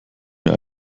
mir